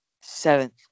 Seventh